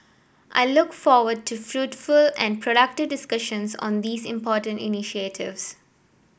I look forward to fruitful and productive discussions on these important initiatives